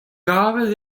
gavet